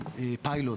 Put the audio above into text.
פיילוט,